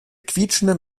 quietschenden